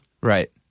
right